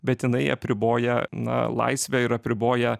bet jinai apriboja na laisvę ir apriboja